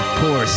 poor